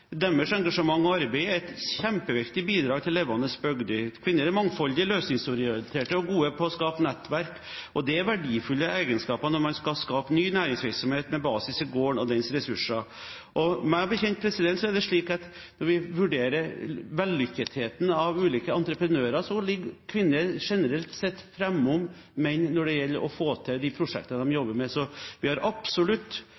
Deres engasjement og arbeid er et kjempeviktig bidrag til levende bygder. Kvinner er mangfoldige, løsningsorienterte og gode på å skape nettverk, og det er verdifulle egenskaper når man skal skape ny næringsvirksomhet med basis i gården og dens ressurser. Og meg bekjent er det slik at når vi vurderer hvor vellykket de ulike entreprenører er, ligger kvinner generelt sett foran menn når det gjelder å få til de prosjektene